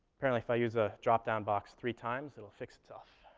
apparently if i use a drop-down box three times, it'll fix itself.